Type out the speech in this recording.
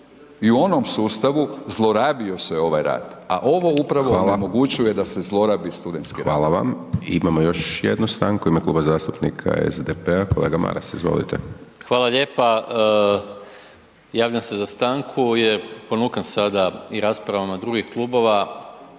i u onom sustavu zlorabio se ovaj tad a ovo upravo omogućuje da se zlorabi studentski rad. **Hajdaš Dončić, Siniša (SDP)** Hvala vam. Imamo još jednu stanku, u ime Kluba zastupnika SDP-a, kolega Maras, izvolite. **Maras, Gordan (SDP)** Hvala lijepa. Javljam se za stanku jer ponukan sada i raspravama drugih klubova,